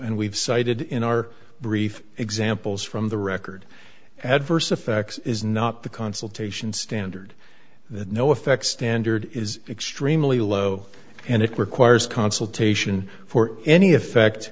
and we've cited in our brief examples from the record adverse effects is not the consultation standard that no effect standard is extremely low and it requires consultation for any effect